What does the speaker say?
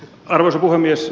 arvoisa puhemies